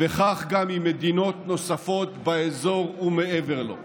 וכך גם עם מדינות נוספות באזור ומעבר לו.